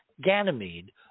Ganymede